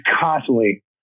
constantly